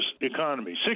economy